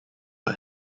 but